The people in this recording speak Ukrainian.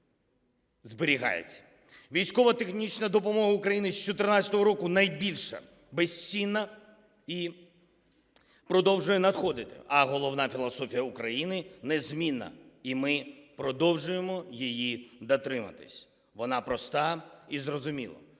Військово-технічна допомога України з 2014 року найбільша, безцінна і продовжує надходити, а головна філософія України незмінна, і ми продовжуємо її дотримуватися. Вона проста і зрозуміла: